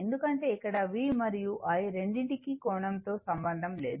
ఎందుకంటే ఇక్కడ V మరియు I రెండింటికి కోణం తో సంబంధం లేదు